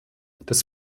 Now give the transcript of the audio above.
das